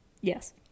Yes